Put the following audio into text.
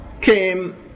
came